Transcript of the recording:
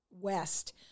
west